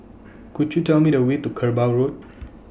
Could YOU Tell Me The Way to Kerbau Road